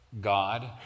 God